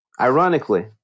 ironically